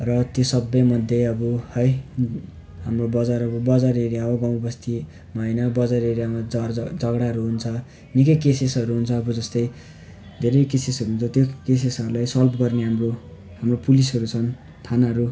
र त्यो सबैमध्ये अब है हाम्रो बजार अब बजार एरिया हो गाउँबस्तीमा होइन बजार एरियामा झ झ झगडाहरू हुन्छ निकै केसेसहरू हुन्छ अब जस्तै धेरै केसेसहरू जति पनि केसेसहरूलाई सल्भ गर्ने हाम्रो हाम्रो पुलिसहरू छन् थानाहरू